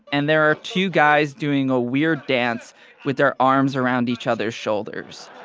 and there are two guys doing a weird dance with their arms around each other's shoulders.